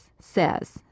says